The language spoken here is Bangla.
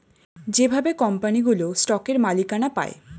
যেভাবে কোম্পানিগুলো স্টকের মালিকানা পায়